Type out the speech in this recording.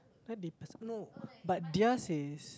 but theirs is